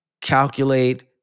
calculate